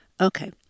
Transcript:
Okay